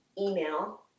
email